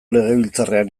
legebiltzarrean